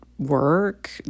work